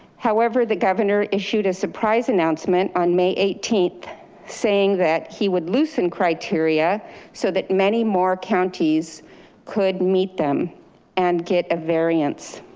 however, the governor issued a surprise announcement on may eighteenth saying that he would loosen criteria so that many more counties could meet them and get a variance.